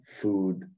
food